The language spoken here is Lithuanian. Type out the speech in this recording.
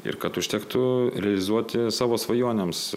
ir kad užtektų realizuoti savo svajonėms